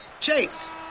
Chase